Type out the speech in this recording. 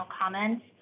comments